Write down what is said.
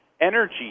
energy